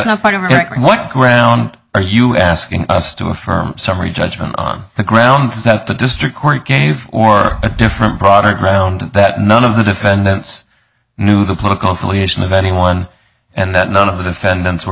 now part of what ground are you asking us to affirm summary judgment on the grounds that the district court gave or a different broader ground that none of the defendants knew the political affiliation of anyone and that none of the defendants were